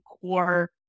core